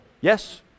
Yes